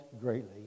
greatly